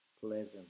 pleasant